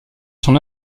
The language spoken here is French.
son